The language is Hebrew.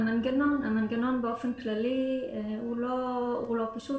המנגנון באופן כללי הוא לא פשוט,